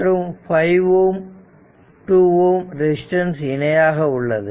மற்றும் 5 Ω 2 Ω ரெசிஸ்டன்ஸ் இணையாக உள்ளது